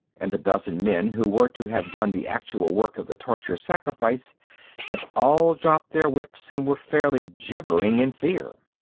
and the dozen men who were to have done the actual work of the torture-sacrifice had all dropped their whips and were fairly gibbering in fear.